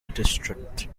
district